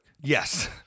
Yes